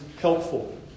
helpful